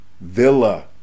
villa